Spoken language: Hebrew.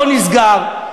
לא נסגר.